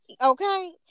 okay